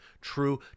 true